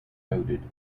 coated